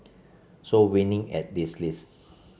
so winning at this list